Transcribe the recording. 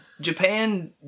Japan